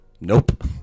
Nope